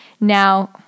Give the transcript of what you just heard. Now